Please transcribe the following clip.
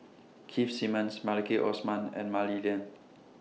Keith Simmons Maliki Osman and Mah Li Lian